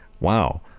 wow